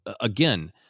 again